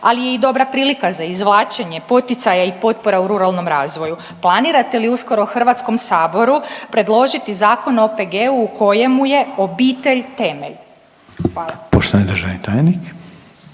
ali je i dobra prilika za izvlačenje poticaja i potpora u ruralnom razvoju. Planirate li uskoro Hrvatskom saboru predložiti Zakon o OPG-u u kojemu je obitelj temelj? Hvala. **Reiner, Željko